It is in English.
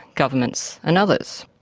governments and others.